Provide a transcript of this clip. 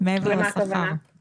להשוואת תנאים